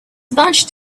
bunched